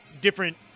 different